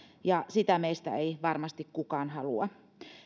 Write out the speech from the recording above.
ja sitä meistä ei varmasti kukaan halua